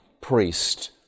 priest